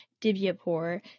Dibyapur